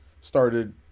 started